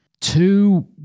Two